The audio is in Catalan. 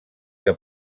que